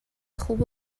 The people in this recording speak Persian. خوب